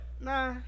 Nah